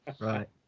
Right